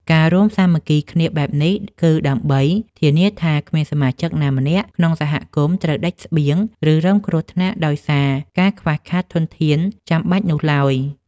ការរួមសាមគ្គីគ្នាបែបនេះ គឺដើម្បីធានាថាគ្មានសមាជិកណាម្នាក់ក្នុងសហគមន៍ត្រូវដាច់ស្បៀង ឬរងគ្រោះថ្នាក់ដោយសារការខ្វះខាតធនធានចាំបាច់នោះឡើយ។